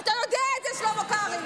ואתה יודע את זה, שלמה קרעי.